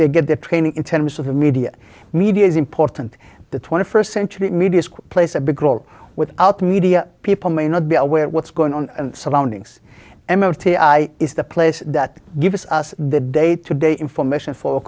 they get their training in terms of the media media is important the twenty first century media plays a big role without media people may not be aware what's going on surroundings is the place that gives us the day to day information for